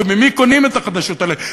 וממי קונים את החדשות האלה?